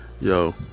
yo